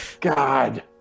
God